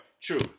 True